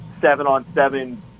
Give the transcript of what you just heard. seven-on-seven